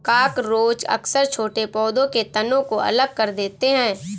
cockroach अक्सर छोटे पौधों के तनों को अलग कर देते हैं